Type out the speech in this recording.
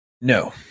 No